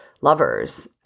lovers